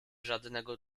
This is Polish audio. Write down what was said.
żadnego